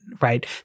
right